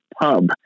Pub